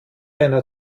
einer